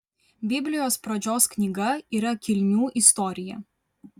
biblijos pradžios knyga yra kilmių istorija